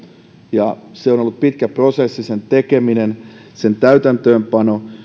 ja se on on ollut pitkä prosessi sen tekeminen sen täytäntöönpano